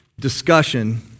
discussion